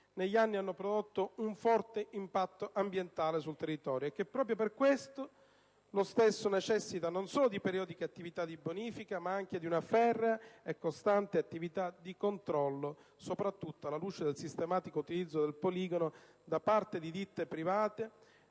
negli anni, hanno prodotto un forte impatto ambientale sul territorio e che, proprio per questo, lo stesso necessita non solo di periodiche attività di bonifica, ma anche di una ferrea e costante attività di controllo, soprattutto alla luce del sistematico utilizzo del poligono da parte di ditte private,